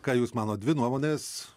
ką jūs manot dvi nuomonės